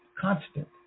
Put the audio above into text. constant